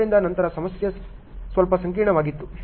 ಆದ್ದರಿಂದ ನಂತರ ಸಮಸ್ಯೆ ಸ್ವಲ್ಪ ಸಂಕೀರ್ಣವಾಗಿತ್ತು